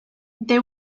they